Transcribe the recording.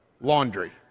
laundry